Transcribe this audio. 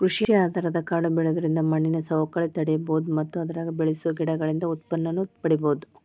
ಕೃಷಿ ಆಧಾರದ ಕಾಡು ಬೆಳ್ಸೋದ್ರಿಂದ ಮಣ್ಣಿನ ಸವಕಳಿ ತಡೇಬೋದು ಮತ್ತ ಅದ್ರಾಗ ಬೆಳಸೋ ಗಿಡಗಳಿಂದ ಉತ್ಪನ್ನನೂ ಪಡೇಬೋದು